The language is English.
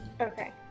Okay